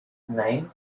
nein